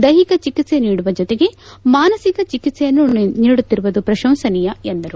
ದೈಹಿಕ ಚಿಕಿತ್ಸೆ ನೀಡುವ ಜೊತೆಗೆ ಮಾನಸಿಕ ಚಿಕಿತ್ಸೆಯನ್ನು ನೀಡುತ್ತಿರುವುದು ಪ್ರಶಂಸನೀಯ ಎಂದರು